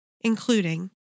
including